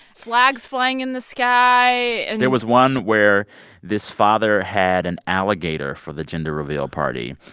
flags flying in the sky and. there was one where this father had an alligator for the gender reveal party.